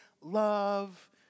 love